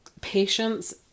patience